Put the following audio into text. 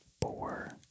four